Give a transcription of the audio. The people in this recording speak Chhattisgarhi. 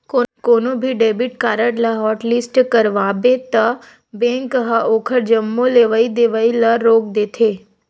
कोनो भी डेबिट कारड ल हॉटलिस्ट करवाबे त बेंक ह ओखर जम्मो लेवइ देवइ ल रोक देथे